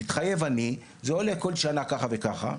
מתחייב אני זה או לכל שנה ככה וככה,